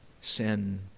sin